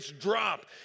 Drop